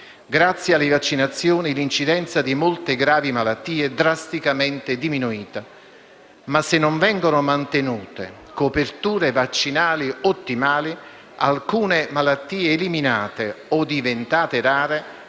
Grazie alle vaccinazioni, l'incidenza di molte gravi malattie è drasticamente diminuita. Ma se non vengono mantenute coperture vaccinali ottimali, alcune malattie eliminate o diventate rare